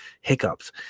hiccups